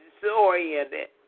disoriented